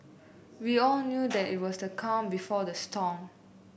we all knew that it was the calm before the storm